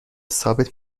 ثابت